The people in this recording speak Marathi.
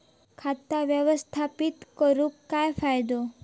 खाता व्यवस्थापित करून काय फायदो?